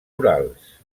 orals